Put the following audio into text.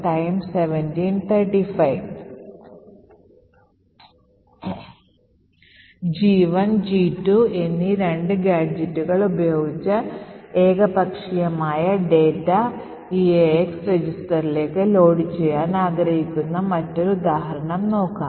G1 G2 എന്നീ രണ്ട് ഗാഡ്ജെറ്റുകൾ ഉപയോഗിച്ച് ഏകപക്ഷീയമായ ഡാറ്റ eax രജിസ്റ്ററിലേക്ക് ലോഡ് ചെയ്യാൻ ആഗ്രഹിക്കുന്ന മറ്റൊരു ഉദാഹരണം നോക്കാം